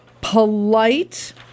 polite